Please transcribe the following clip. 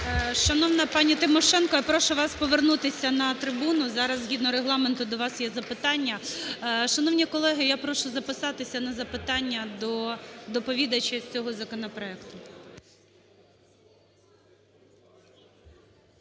Шановна пані Тимошенко, я прошу вас повернутися на трибуну. Зараз згідно Регламент до вас є запитання. Шановні колеги, я прошу записатися на запитання до доповідача із цього законопроекту.